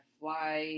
fly